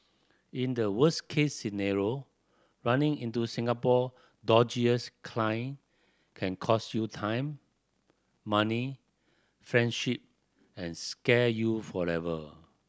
in the worst case scenario running into Singapore dodgiest client can cost you time money friendship and scar you forever